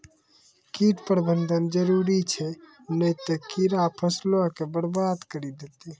कीट प्रबंधन जरुरी छै नै त कीड़ा फसलो के बरबाद करि देतै